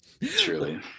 Truly